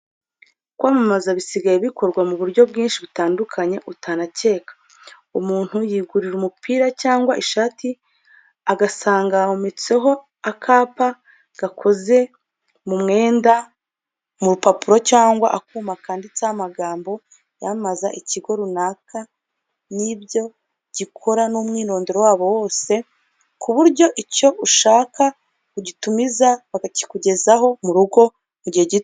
Kwamamaza bisigaye bikorwa mu buryo bwinshi butandukanye, utanakeka, umuntu yigurira umupira cyangwa ishati agasanga wometseho akapa gakoze mu mwenda, mu rupapuro cyangwa akuma, kanditseho amagambo yamamaza ikigo runaka n'ibyo gikora n'umwirondoro wabo wose ku buryo icyo ushaka ugitumiza bakakikugezaho mu rugo, mu gihe gito.